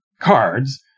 cards